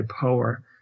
power